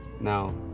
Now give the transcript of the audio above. Now